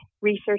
research